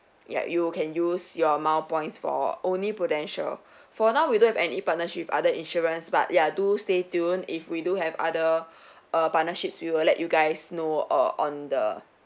yup you can use your mile points for only prudential for now we don't have any partnership other insurance but ya do stay tune if we do have other err partnerships we will let you guys know err on the